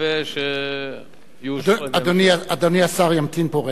ונקווה שיאושרו בממשלה.